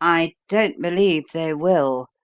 i don't believe they will,